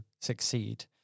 succeed